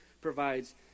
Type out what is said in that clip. provides